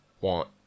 want